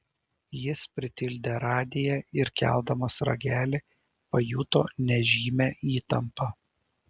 jis pritildė radiją ir keldamas ragelį pajuto nežymią įtampą